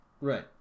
Right